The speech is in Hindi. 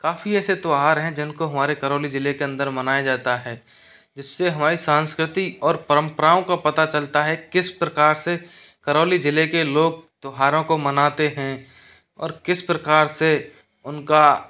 काफ़ी ऐसे त्यौहार हैं जिनको हमारे करौली ज़िले के अंदर मनाया जाता है जिससे हमारी संस्कृति और परंपराओं का पता चलता है किस प्रकार से करौली ज़िले के लोग त्योहारों को मनाते हैं और किस प्रकार से उनका